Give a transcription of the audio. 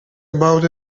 about